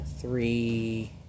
three